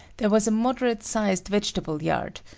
there was a moderate-sized vegetable yard,